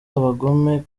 abagome